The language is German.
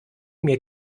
mir